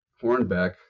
Hornbeck